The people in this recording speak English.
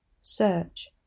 Search